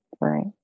right